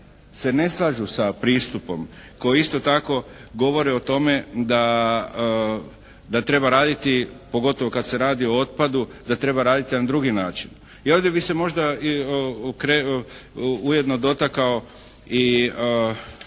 se ne slažu sa pristupom, koji isto tako govore o tome da treba raditi pogotovo kad se radi o otpadu, da treba raditi na jedan drugi način. I ovdje bih se možda ujedno dotakao i